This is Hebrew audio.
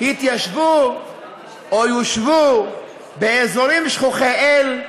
התיישבו או יושבו באזורים שכוחי אל,